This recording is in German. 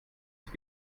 sie